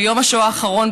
ביום השואה האחרון,